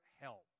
help